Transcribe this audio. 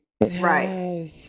Right